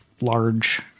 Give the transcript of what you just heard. large